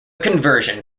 conversion